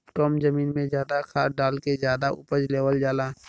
कम जमीन में जादा खाद डाल के जादा उपज लेवल जाला